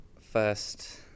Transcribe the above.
first